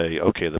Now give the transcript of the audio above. okay